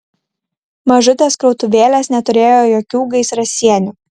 mažutės krautuvėlės neturėjo jokių gaisrasienių